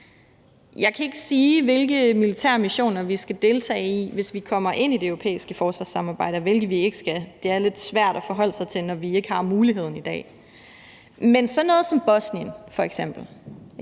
Jeg kan ikke sige, hvilke militære missioner vi skal deltage i, hvis vi kommer ind i det europæiske forsvarssamarbejde, og hvilke vi ikke skal deltage i. Det er lidt svært at forholde sig til, når vi ikke har muligheden i dag. Men sådan noget som f.eks.